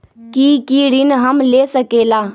की की ऋण हम ले सकेला?